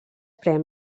pren